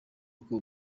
uko